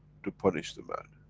to punish the man.